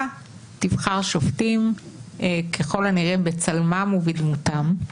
תבחר שופטים ככל הנראה בצלמם ובדמותם.